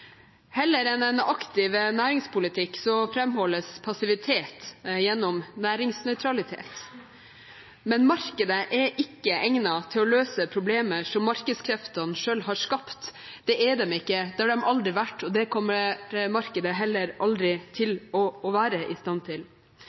Heller enn en aktiv næringspolitikk framholdes passivitet gjennom næringsnøytralitet, men markedet er ikke egnet til å løse problemer som markedskreftene selv har skapt. Det er de ikke, det har de aldri vært, og det kommer markedet heller aldri til å være i stand til.